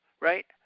right